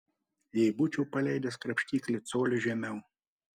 jei būčiau paleidęs krapštiklį coliu žemiau